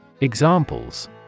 Examples